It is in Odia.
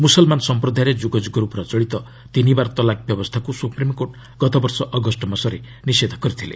ମୁସଲମାନ ସଂପ୍ରଦାୟରେ ଯୁଗଯୁଗରୁ ପ୍ରଚଳିତ ତିନିବାର ତଲାକ୍ ବ୍ୟବସ୍ଥାକୁ ସୁପ୍ରିମକୋର୍ଟ ଗତବର୍ଷ ଅଗଷ୍ଟମାସରେ ନିଷେଧ କରିଥିଲେ